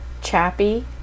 Chappie